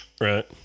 Right